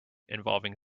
involving